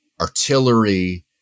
artillery